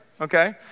okay